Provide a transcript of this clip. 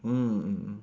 mm mm mm